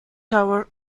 tower